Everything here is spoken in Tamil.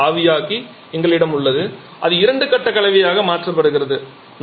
பின்னர் ஆவியாக்கி எங்களிடம் உள்ளது அது இரண்டு கட்ட கலவையாக மாற்றப்படுகிறது